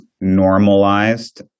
normalized